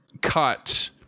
cut